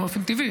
באופן טבעי,